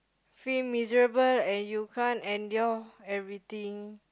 feel miserable and you can't endure everything